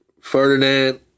Ferdinand